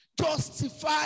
Justify